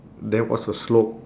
there was a slope